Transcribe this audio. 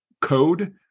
code